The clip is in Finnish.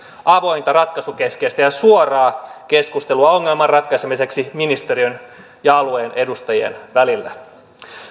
avointa ratkaisukeskeistä ja suoraa keskustelua ongelman ratkaisemiseksi ministeriön ja alueen edustajien välillä